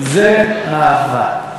זֶהבה.